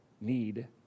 need